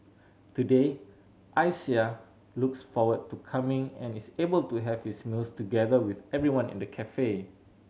today Isaiah looks forward to coming and is able to have his meals together with everyone in the cafe